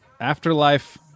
afterlife